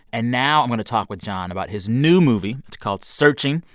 and now i'm going to talk with john about his new movie. it's called searching.